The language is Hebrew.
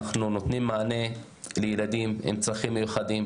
אנחנו נותנים מענה לילדים עם צרכים מיוחדים,